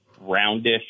roundish